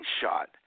shot